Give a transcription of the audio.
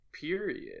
period